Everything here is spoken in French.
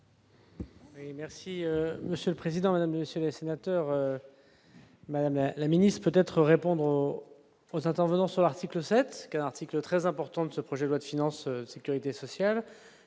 merci monsieur le président, Mesdames et messieurs les sénateurs, Madame la Ministre, peut-être répondront intervenant sur l'article 7 cas article très important de ce projet de loi de finances de Sécurité sociale